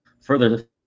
further